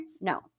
No